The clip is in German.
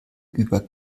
über